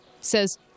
says